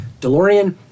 DeLorean